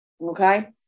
Okay